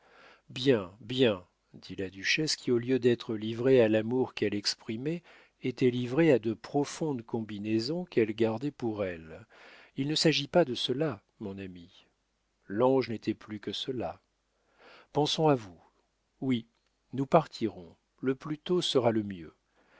bien bien dit la duchesse qui au lieu d'être livrée à l'amour qu'elle exprimait était livrée à de profondes combinaisons qu'elle gardait pour elle il ne s'agit pas de cela mon ami l'ange n'était plus que cela pensons à vous oui nous partirons le plus tôt sera le mieux